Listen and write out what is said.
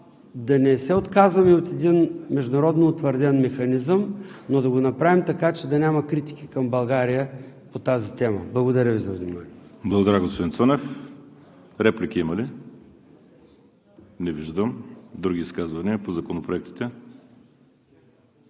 да не се отказваме от един международно утвърден механизъм, но да го направим така, че да няма критики към България по тази тема. Благодаря Ви за вниманието. ПРЕДСЕДАТЕЛ ВАЛЕРИ СИМЕОНОВ: Благодаря, господин Цонев. Реплики има ли? Не виждам. Други изказвания по законопроектите?